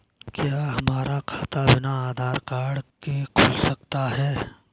क्या हमारा खाता बिना आधार कार्ड के खुल सकता है?